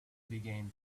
began